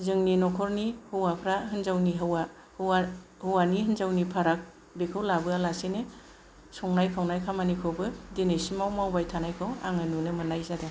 जोंनि न'खरनि हौवाफोरा हिनजावनि हौवा हौवानि हिनजावनि फाराग बेखौ लाबोआलासेनो संनाय खावनाय खामानिखौबो दिनैसिमाव मावबाय थानायखौ आङो नुनो मोननाय जादों